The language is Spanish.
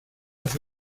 los